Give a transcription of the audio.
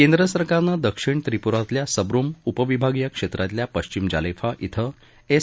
केंद्र सरकारनं दक्षिण त्रिपुरातल्या सब्रम उपविभागीय क्षेत्रातल्या पश्चिम जालेफा इथं एस